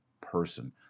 person